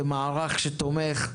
כמערך שתומך.